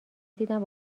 دیدم